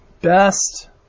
best